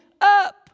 up